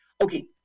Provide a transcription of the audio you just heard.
Okay